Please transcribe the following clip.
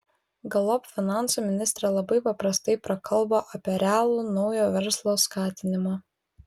galop finansų ministrė labai paprastai prakalbo apie realų naujo verslo skatinimą